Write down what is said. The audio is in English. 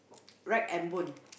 rag and bone